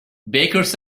bakers